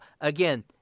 Again